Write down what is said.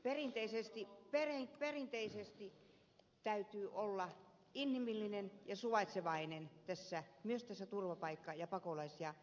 perinteisesti täytyy olla inhimillinen ja suvaitsevainen myös tässä turvapaikka ja pakolais ja maahanmuuttopolitiikassa